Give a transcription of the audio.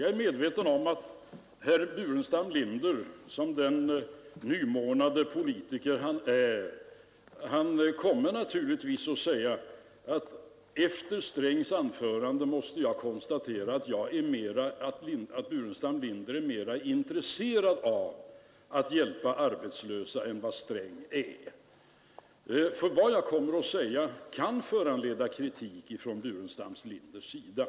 Jag är medveten om att herr Burenstam Linder, som den nymornade politiker han är, naturligtvis kommer att säga att efter herr Strängs anförande mmåste han konstatera att han är mera intresserad av att hjälpa arbetslösa än vad herr Sträng är. Vad jag än kommer att säga kommer att föranleda kritik från herr Burenstam Linders sida.